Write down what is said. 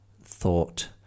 thought